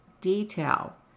detail